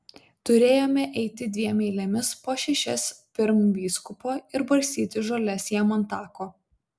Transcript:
turėjome eiti dviem eilėmis po šešias pirm vyskupo ir barstyti žoles jam ant tako